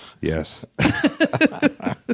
Yes